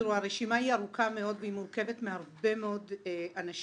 הרשימה היא ארוכה מאוד והיא מורכבת מהרבה מאוד אנשים,